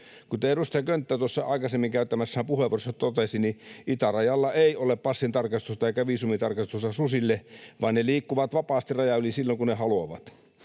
Kuten edustaja Könttä tuossa aikaisemmin käyttämässään puheenvuorossa totesi, itärajalla ei ole passintarkastusta eikä viisumitarkastusta susille, vaan ne liikkuvat vapaasti rajan yli silloin kun ne haluavat.